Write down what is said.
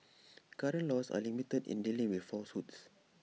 current laws are limited in dealing with falsehoods